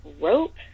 rope